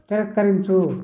తిరస్కరించు